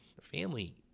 family